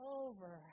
over